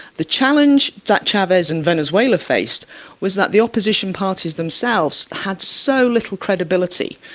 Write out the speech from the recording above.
the challenge that chavez and venezuela faced was that the opposition parties themselves had so little credibility,